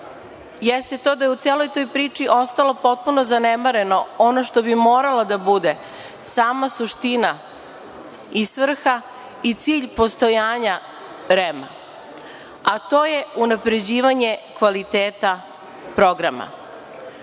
jeste to da je u celoj toj priči ostalo potpuno zanemareno ono što bi moralo da bude sama suština i svrha i cilj postojanja REM-a, a to je unapređivanje kvaliteta programa. Svi